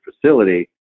facility